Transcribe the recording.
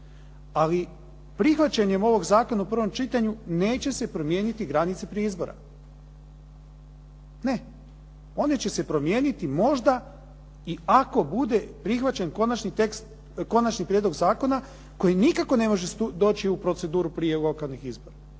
Ali prihvaćanjem ovog zakona u prvom čitanju neće se promijeniti granice prije izbora. Ne. One će se promijeniti možda i ako bude prihvaćen konačni prijedlog zakona koji nikako ne možemo doći u proceduru prije lokalnih izbora.